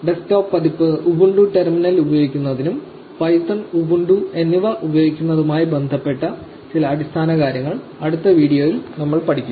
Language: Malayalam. ഡെസ്ക്ടോപ്പ് പതിപ്പ് ഉബുണ്ടു ടെർമിനൽ ഉപയോഗിക്കുന്നതും പൈത്തൺ ഉബുണ്ടു എന്നിവ ഉപയോഗിക്കുന്നതുമായി ബന്ധപ്പെട്ട ചില അടിസ്ഥാന കാര്യങ്ങൾ അടുത്ത വീഡിയോയിൽ നമ്മൾ പഠിക്കും